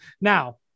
Now